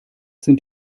sind